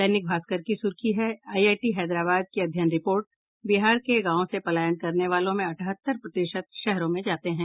दैनिक भास्कर की सुर्खी है आईआईटी हैदराबाद की अध्ययन रिपोर्ट बिहार के गांवों से पलायन करने वालों में अठहत्तर प्रतिशत शहरों में जाते हैं